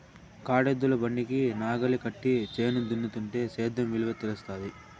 కాడెద్దుల బండికి నాగలి కట్టి చేను దున్నుతుంటే సేద్యం విలువ తెలుస్తాది